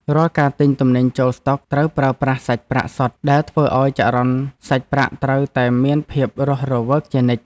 រាល់ការទិញទំនិញចូលស្តុកត្រូវប្រើប្រាស់សាច់ប្រាក់សុទ្ធដែលធ្វើឱ្យចរន្តសាច់ប្រាក់ត្រូវតែមានភាពរស់រវើកជានិច្ច។